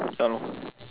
ya lor